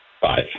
Five